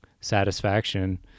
satisfaction